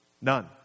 None